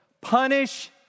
punish